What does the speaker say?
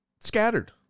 scattered